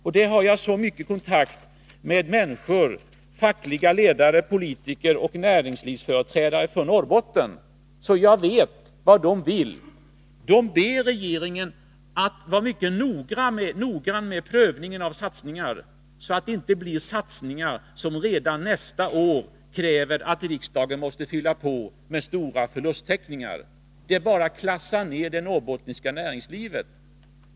Jag har så mycket kontakt med människor — fackliga ledare, politiker och näringslivsföreträdare — från Norrbotten, att jag vet vad de vill. De ber regeringen att vara mycket noggrann med prövningen av satsningar, så att det inte blir satsningar som redan nästa år kräver att riksdagen fyller på med stora förlusttäckningar. Det bara klassar ner det norrbottniska näringslivet.